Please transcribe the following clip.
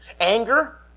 Anger